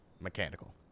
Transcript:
Mechanical